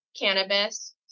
cannabis